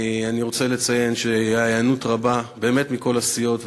אני רוצה לציין שהייתה היענות רבה באמת מכל הסיעות,